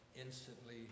instantly